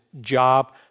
job